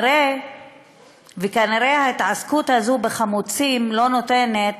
כנראה ההתעסקות הזו בחמוצים לא נותנת